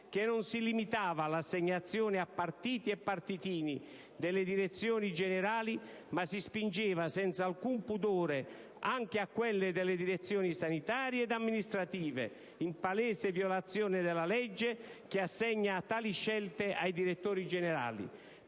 che non si limitava all'assegnazione a partiti e partitini delle direzioni generali, ma si spingeva senza alcun pudore anche a quelle delle direzioni sanitarie ed amministrative, in palese violazione della legge che assegna tali scelte ai direttori generali,